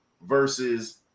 versus